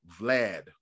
Vlad